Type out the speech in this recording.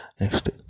Next